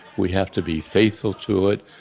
we have to be faithful to it.